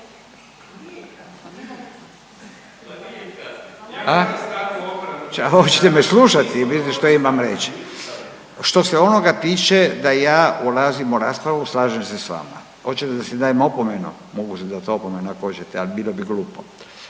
se./… Hoćete me slušati što imam reći? Što se onoga tiče da ja ulazim u raspravu slažem se sa vama. Hoćete da si dam opomenu? Mogu si dati opomenu ako hoćete, ali bilo bi glupo.